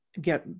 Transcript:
get